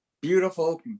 beautiful